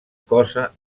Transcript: cosa